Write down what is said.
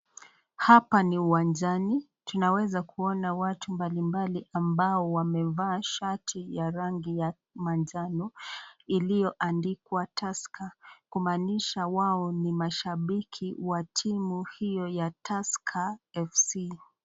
Hapa ni uwanjani, tunaweza kuona watu mbalimbali ambao wamevaa shati ya rangi ya manjano, ilioandikwa Tusker, kumanisha wao ni mashabiki wa timu hiyo ya Tusker FC.